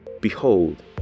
Behold